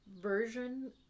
version